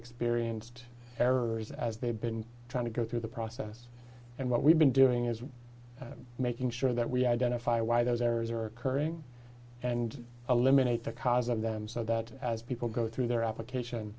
experienced errors as they've been trying to go through the process and what we've been doing is making sure that we identify why those errors are occurring and eliminate the cause of them so that as people go through their application